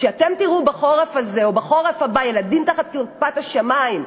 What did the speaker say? כי כשאתם תראו בחורף הזה או בחורף הבא ילדים תחת כיפת השמים,